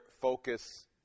focus